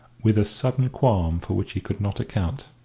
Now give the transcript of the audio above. with a sudden qualm for which he could not account.